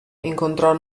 incontrò